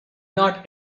not